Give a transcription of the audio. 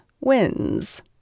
wins